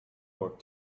work